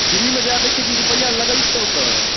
फ्रीमे जाए दै छै कि रुपैआ लगै छै ओकर